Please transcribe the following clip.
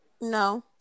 No